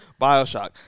Bioshock